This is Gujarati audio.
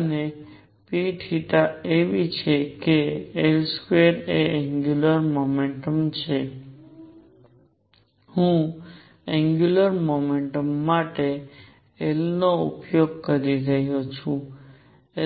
અને p એવી છે કે L2 એ એંગ્યુંલર મોમેન્ટમ છે હું એંગ્યુંલર મોમેન્ટમ માટે L નો ઉપયોગ કરી રહ્યો છું